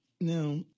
Now